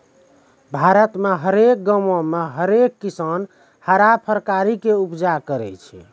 भारत मे हरेक गांवो मे हरेक किसान हरा फरकारी के उपजा करै छै